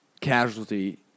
casualty